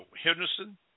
Henderson